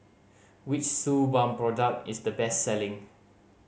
which Suu Balm product is the best selling